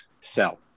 sell